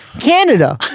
Canada